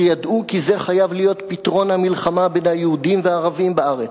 שידעו כי זה חייב להיות פתרון המלחמה בין היהודים והערבים בארץ.